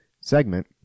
segment